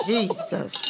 Jesus